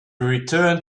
returned